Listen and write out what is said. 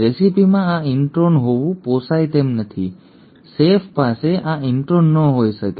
રેસિપીમાં આ ઇન્ટ્રોન હોવું પોષાય તેમ નથી સેફ પાસે આ ઇન્ટ્રોન ન હોઈ શકે